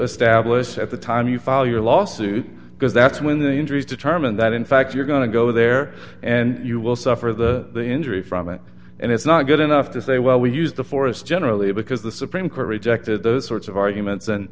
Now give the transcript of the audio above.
establish at the time you file your lawsuit because that's when the injuries determine that in fact you're going to go there and you will suffer the injury from it and it's not good enough to say well we use the forest generally because the supreme court rejected those sorts of arguments and